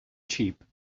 cheap